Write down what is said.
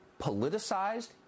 politicized